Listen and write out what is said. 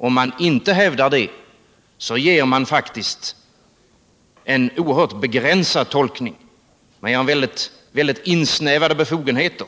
Om man inte hävdar det, gör man faktiskt en oerhört begränsad tolkning som innebär mycket inskränkta befogenheter